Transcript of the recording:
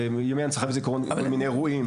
ימי הנצחה וזיכרון לאירועים.